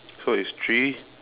so it's three